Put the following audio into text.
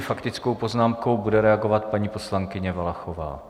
Faktickou poznámkou bude reagovat paní poslankyně Valachová.